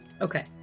Okay